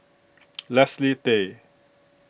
Leslie Tay